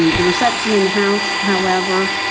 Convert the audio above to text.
the reception in the house, however,